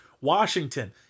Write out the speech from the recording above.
Washington